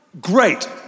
Great